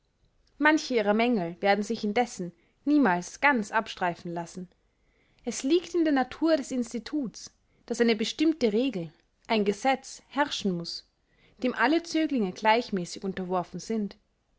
manche ihrer mängel werden sich indessen niemals ganz abstreifen lassen es liegt in der natur des instituts daß eine bestimmte regel ein gesetz herrschen muß dem alle zöglinge gleichmäßig unterworfen sind